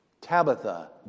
Tabitha